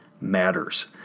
matters